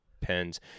pens